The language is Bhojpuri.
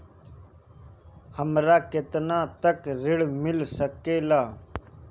हमरा केतना तक ऋण मिल सके ला?